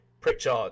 Pritchard